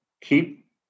keep